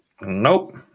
Nope